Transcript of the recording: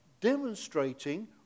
demonstrating